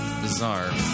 bizarre